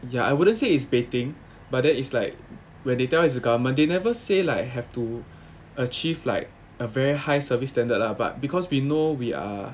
yeah I wouldn't say it's baiting but then it's like where they tell you it's the government they never say like have to achieve like a very high service standard lah but because we know we are